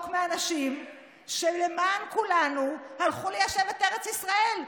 מאנשים שלמען כולנו הלכו ליישב את ארץ ישראל.